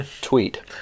tweet